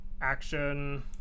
action